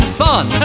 fun